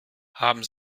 haben